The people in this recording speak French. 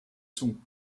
son